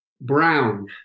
Brown